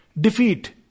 defeat